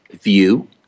view